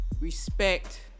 respect